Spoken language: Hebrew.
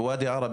בוואדי ערה,